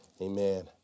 Amen